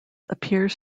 appears